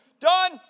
Done